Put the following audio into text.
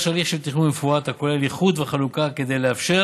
הליך של תכנון מפורט הכולל איחוד וחלוקה כדי לאפשר